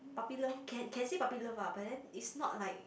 puppy love can can say puppy love lah but then it's not like